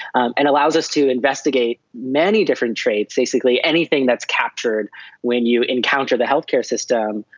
and allows us to investigate many different traits, basically anything that's captured when you encounter the healthcare system.